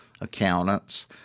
accountants